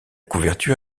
couverture